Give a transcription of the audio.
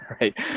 right